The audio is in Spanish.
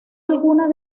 algunas